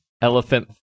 Elephant